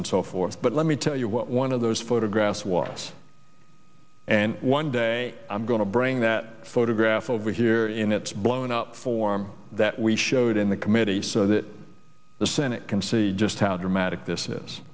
and so forth but let me tell you what one of those photographs was and one day i'm going to bring that photograph over here in its blown up form that we showed in the committee so that the senate can see just how dramatic